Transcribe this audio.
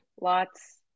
Lots